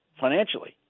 financially